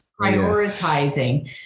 prioritizing